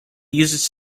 uses